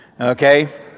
okay